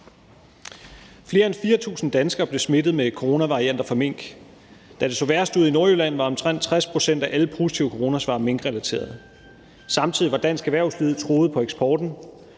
Flere end 4.000 danskere blev smittet med coronavarianter fra mink. Da det så værst ud i Nordjylland, var omtrent 60 pct. af alle positive coronasvar minkrelaterede. Samtidig var dansk erhvervsliv truet på eksporten,